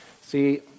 See